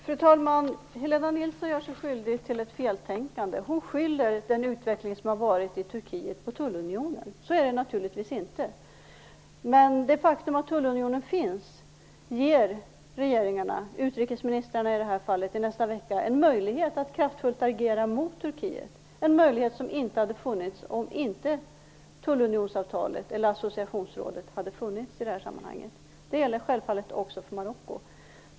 Fru talman! Helena Nilsson gör sig skyldig till ett feltänkande. Hon skyller den utveckling som har varit i Turkiet på tullunionen. Det kan man naturligtvis inte göra. Det faktum att tullunionen finns ger ändå regeringarna, i det här fallet utrikesministrarna, en möjlighet att kraftfullt agera mot Turkiet, en möjlighet som inte hade funnits om inte associationsrådet hade funnits i det här sammanhanget. Det gäller självfallet också för Marocko.